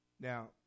Now